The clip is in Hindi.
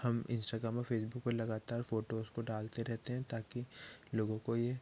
हम इंस्टाग्राम और फेसबुक पर लगातार फोटोज को डालते रहते हैं ताकी लोगों को ये